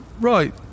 Right